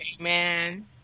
Amen